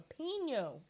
jalapeno